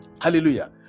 Hallelujah